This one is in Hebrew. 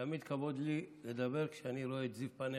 תמיד כבוד לי לדבר כשאני רואה את זיו פניך,